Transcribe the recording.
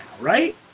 right